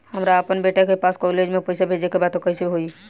हमरा अपना बेटा के पास कॉलेज में पइसा बेजे के बा त कइसे होई?